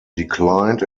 declined